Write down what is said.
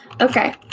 Okay